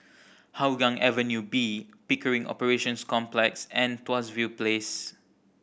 Hougang Avenue B Pickering Operations Complex and Tuas View Place